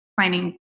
finding